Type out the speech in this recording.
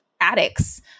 addicts